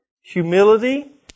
Humility